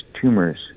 tumors